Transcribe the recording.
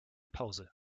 pause